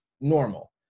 normal